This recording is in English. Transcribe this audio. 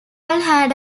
had